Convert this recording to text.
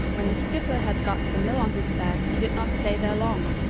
when the skipper had got the mill on his back he did not stay there long,